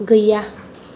गैया